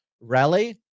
rally